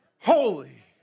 Holy